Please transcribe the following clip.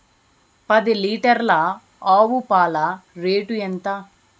పది లీటర్ల ఆవు పాల రేటు ఎంత?